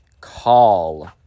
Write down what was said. call